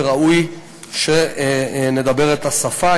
וראוי שנדבר את השפה.